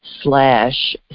slash